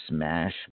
Smash